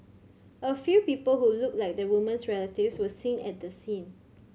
a few people who looked like the woman's relatives were seen at the scene